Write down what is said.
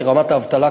כי רמת האבטלה,